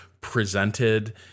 presented